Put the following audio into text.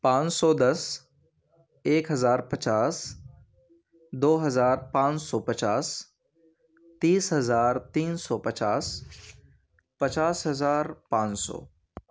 پانچ سو دس ایک ہزار پچاس دو ہزار پانچ سو پچاس تیس ہزار تین سو پچاس پچاس ہزار پانچ سو